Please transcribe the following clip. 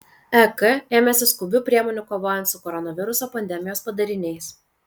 ek ėmėsi skubių priemonių kovojant su koronaviruso pandemijos padariniais